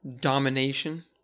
domination